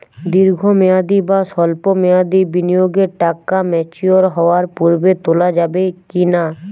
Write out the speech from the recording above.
দীর্ঘ মেয়াদি বা সল্প মেয়াদি বিনিয়োগের টাকা ম্যাচিওর হওয়ার পূর্বে তোলা যাবে কি না?